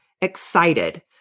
excited